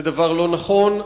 זה דבר לא נכון,